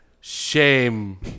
Shame